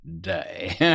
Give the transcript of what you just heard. day